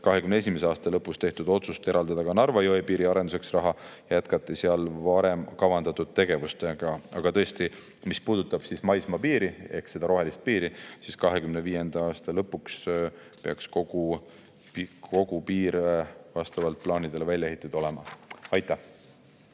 2021. aasta lõpus tehtud otsust eraldada raha ka Narva jõepiiri arenduseks jätkati seal varem kavandatud tegevusi. Aga tõesti, mis puudutab maismaapiiri ehk rohelist piiri, siis 2025. aasta lõpuks peaks olema kogu piir vastavalt plaanidele välja ehitatud. Aitäh!